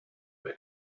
bei